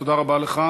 תודה רבה לך.